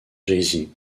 jay